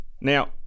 Now